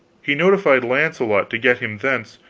he notified launcelot to get him thence,